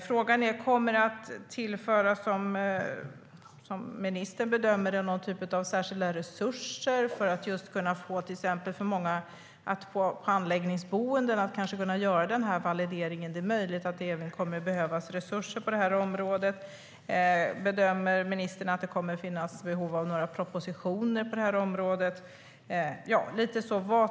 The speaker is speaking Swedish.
Frågan är om ministern bedömer att det kommer att tillföras några särskilda resurser till exempelvis anläggningsboenden för att kanske kunna göra den här valideringen. Det är möjligt att det kommer att behövas resurser på det området. Bedömer arbetsmarknadsministern att det kommer att finnas behov av propositioner på området?